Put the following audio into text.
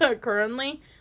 currently